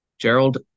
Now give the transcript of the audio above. Gerald